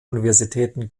universitäten